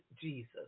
Jesus